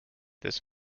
this